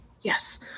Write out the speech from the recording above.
Yes